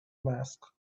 mask